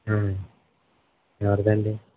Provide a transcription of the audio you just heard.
ఎవరిదండీ